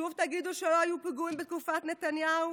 שוב תגידו שלא היו פיגועים בתקופת נתניהו?